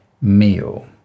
meal